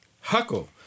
Huckle